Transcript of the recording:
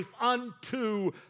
unto